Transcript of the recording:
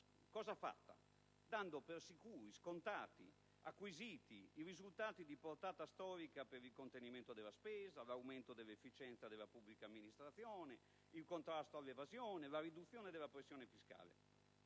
cosa fatta, dando per sicuri, scontati ed acquisiti i risultati di portata storica per il contenimento della spesa, l'aumento dell'efficienza della pubblica amministrazione, il contrasto all'evasione, la riduzione della pressione fiscale.